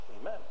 Amen